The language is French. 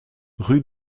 rue